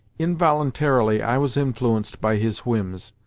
involuntarily i was influenced by his whims,